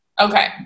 Okay